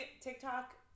TikTok